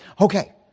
Okay